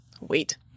Wait